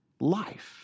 life